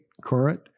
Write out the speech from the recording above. current